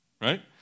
Right